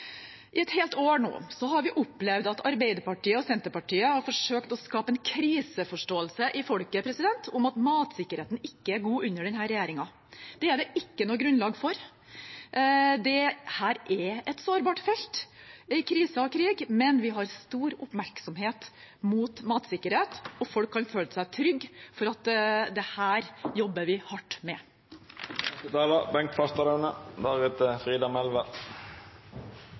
I et helt år nå har vi opplevd at Arbeiderpartiet og Senterpartiet har forsøkt å skape en kriseforståelse i folket om at matsikkerheten ikke er god under denne regjeringen. Det er det ikke noe grunnlag for. Dette er et sårbart felt i kriser og krig, men vi har stor oppmerksomhet mot matsikkerhet, og folk kan føle seg trygge på at dette jobber vi hardt med.